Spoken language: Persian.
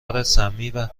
ریزخشونتها